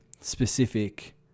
specific